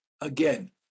again